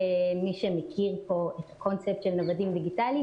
מי שמכיר פה את הקונספט של נוודים דיגיטליים,